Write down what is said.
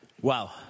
Wow